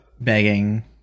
Begging